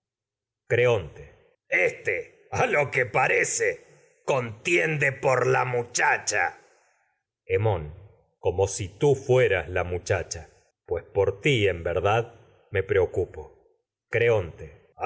creonte muchacha éste a lo qne parece contiende por la hbmón como si tú fueras ia muchacha pues por ti en verdad me preocupo creonte tu